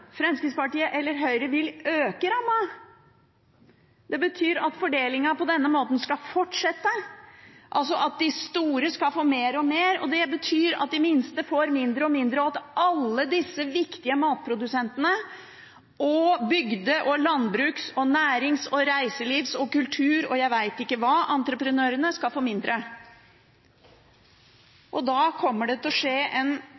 Fremskrittspartiet og Høyre, vil øke rammen. Det betyr at fordelingen på denne måten skal fortsette, og at de store skal få mer og mer, og det betyr at de minste får mindre og mindre, og at alle disse viktige matprodusentene og bygde-, og landbruks-, og nærings-, og reiselivs-, og kultur-, og jeg-vet-ikke-hva-entreprenørene skal få mindre. Summen av dette er negativt. De forslagene vi tar opp, og